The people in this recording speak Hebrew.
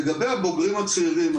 לגבי הבוגרים הצעירים,